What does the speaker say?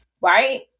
right